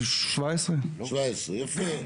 17. 17, יפה.